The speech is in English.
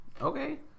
Okay